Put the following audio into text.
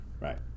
Right